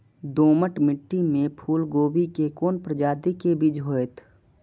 दोमट मिट्टी में फूल गोभी के कोन प्रजाति के बीज होयत?